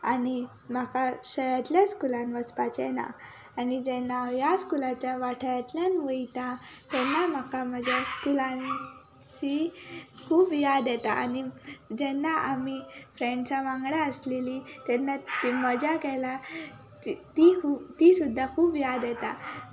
आनी म्हाका शयातले स्कुलान वचपाचें ना आनी जेन्ना हांव ह्या स्कुलांतल्या वाठारांतल्यान वयता तेन्ना म्हाका म्हाज्या स्कुलान ची खूब याद येता आनी जेन्ना आमी फ्रॅण्सां वांगडा आसलेलीं तेन्ना ती मजा केला ती ती खूब ती सुद्दां खूब याद येता